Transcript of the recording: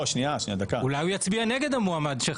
ואנשי טוהר מידות.